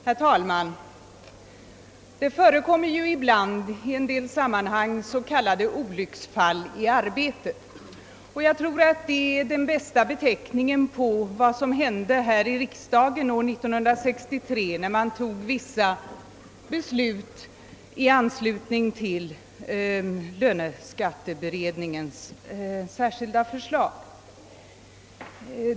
Herr talman! Det förekommer i en del sammanhang ibland s.k. olycksfall i arbetet, och jag tror att det är den bästa beteckningen på vad som inträffade här i riksdagen år 1963, när vissa beslut i anslutning till löneskatteberedningens förslag antogs.